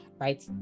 right